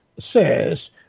says